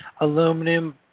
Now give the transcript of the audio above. aluminum